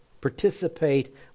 participate